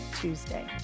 Tuesday